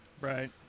Right